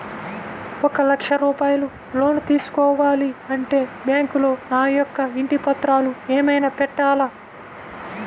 ఒక లక్ష రూపాయలు లోన్ తీసుకోవాలి అంటే బ్యాంకులో నా యొక్క ఇంటి పత్రాలు ఏమైనా పెట్టాలా?